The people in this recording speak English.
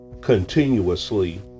continuously